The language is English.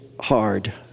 hard